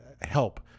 help